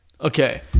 Okay